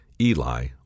Eli